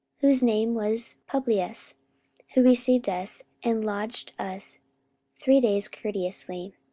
whose name was publius who received us, and lodged us three days courteously.